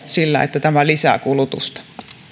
sillä että tämä lisää kulutusta